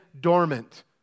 dormant